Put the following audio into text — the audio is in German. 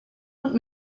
und